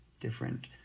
different